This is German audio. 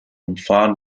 umfahren